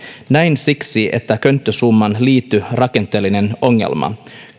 näin siksi että könttäsummaan liittyy rakenteellinen ongelma